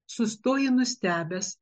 sustoji nustebęs